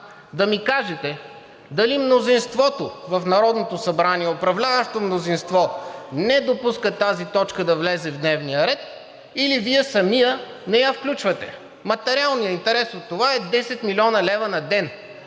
да ми кажете дали мнозинството в Народното събрание, управляващото мнозинство, не допуска тази точка да влезе в дневния ред, или Вие самият не я включвате? Материалният интерес от това е 10 млн. лв. на ден.